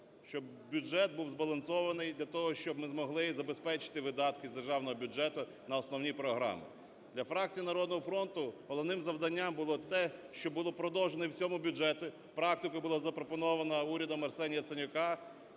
щоб бюджет був збалансований для того, щоб ми змогли забезпечити видатки з Державного бюджету на основні програми. Для фракції "Народного фронту" головним завданням було те, щоб було продовжено і в цьому бюджеті, практика була запропонована урядом Арсенія Яценюка,